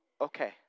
okay